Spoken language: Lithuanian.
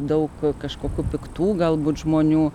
daug kažkokių piktų galbūt žmonių